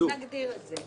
נגדיר את זה.